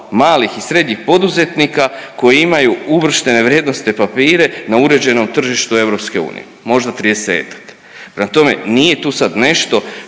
i srednjih poduzetnika koji imaju uvrštene vrijednosne papire na uređenom tržištu EU, možda 30-ak. Prema tome nije to sad nešto